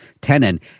tenon